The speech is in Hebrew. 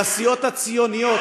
לסיעות הציוניות,